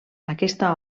aquesta